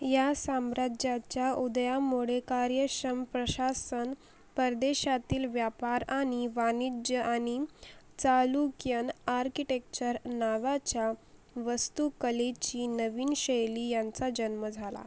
या साम्राज्याच्या उदयामुळे कार्यक्षम प्रशासन परदेशातील व्यापार आणि वाणिज्य आणि चालुक्यन आर्किटेक्चर नावाच्या वस्तुकलेची नवीन शैली यांचा जन्म झाला